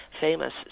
famous